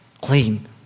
clean